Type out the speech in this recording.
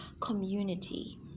community